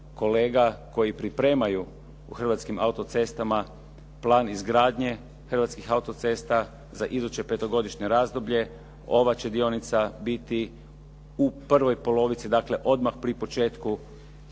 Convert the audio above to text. kolega koji pripremaju u Hrvatskim auto-cestama plan izgradnje hrvatskih auto-cesta za iduće petogodišnje razdoblje ova će dionica biti u prvoj polovici, dakle odmah pri početku